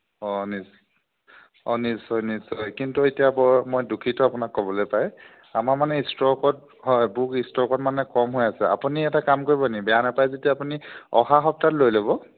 অ' নি অ' নিশ্চয় নিশ্চয় কিন্তু এতিয়া বৰ মই দুখিত আপোনাক ক'বলৈ পায় আমাৰ মানে ইষ্ট্ৰকত হয় বুক ষ্টকত মানে কম হৈ আছে আপুনি এটা কাম কৰিব নি বেয়া নেপায় যদি আপুনি অহা সপ্তাহত লৈ ল'ব